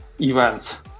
events